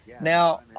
Now